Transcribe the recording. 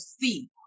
see